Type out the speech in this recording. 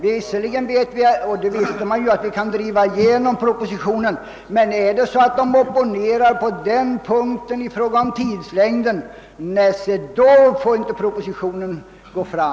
Visserligen vet vi att det går att driva igenom propositionen, men är det så att ni opponerar er i fråga om tidslängden får inte propositionen gå fram.»